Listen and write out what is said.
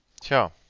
Tja